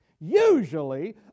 usually